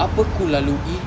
apa ku lalui